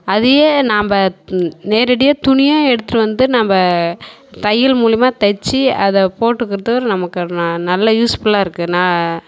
அதையே நம்ப நேரடியாக துணியாக எடுத்துட்டு வந்து நம்ப தையல் மூலிமா தைச்சு அதை போட்டுக்கிறதும் நமக்கு நல்லா யூஸ்புல்லாக இருக்குது